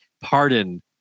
pardon